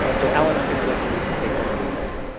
so, allen, i'm going to let you take over from there.